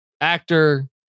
actor